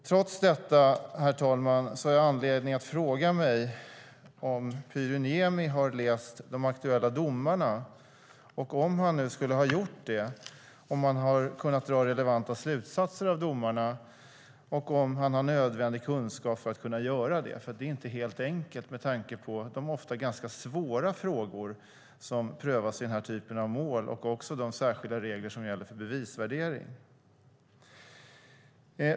Trots detta, herr talman, har jag anledning att fråga mig om Pyry Niemi har läst de aktuella domarna och, om han nu skulle ha gjort det, om han har kunnat dra relevanta slutsatser av domarna och om han har nödvändig kunskap för att kunna göra det. Det är nämligen inte helt enkelt med tanke på de ofta ganska svåra frågor som prövas i den här typen av mål och också de särskilda regler som gäller för bevisvärdering.